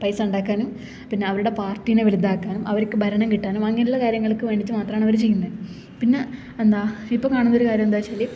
പൈസ ഉണ്ടാക്കാനും പിന്നെ അവരുടെ പാര്ട്ടീനെ വലുതാക്കാനും അവര്ക്ക് ഭരണം കിട്ടാനും അങ്ങനെയുള്ള കാര്യങ്ങള്ക്കു വേണ്ടീട്ടു മാത്രമാണ് അവർ ചെയ്യുന്നത് പിന്നെ എന്താ ഇപ്പം കാണുന്ന ഒരു കാര്യം എന്താ വച്ചാൽ